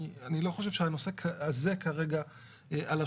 אני לא חושב שהנושא הזה כרגע על השולחן.